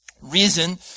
reason